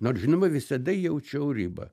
nors žinoma visada jaučiau ribą